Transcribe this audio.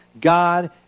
God